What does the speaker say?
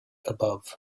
above